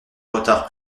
retard